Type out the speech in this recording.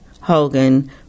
Hogan